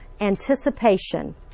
anticipation